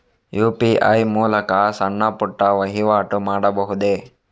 UPI ಮೂಲಕ ಸಣ್ಣ ಪುಟ್ಟ ವಹಿವಾಟು ಮಾಡಬಹುದೇ?